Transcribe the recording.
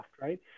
Right